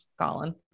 Colin